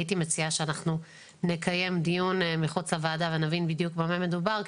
הייתי מציעה שנקיים דיון מחוץ לוועדה ונבין בדיוק במה מדובר,